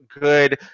good